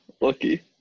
Lucky